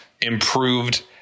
improved